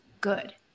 good